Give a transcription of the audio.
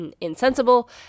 insensible